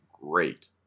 great